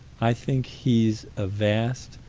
i think he's a vast,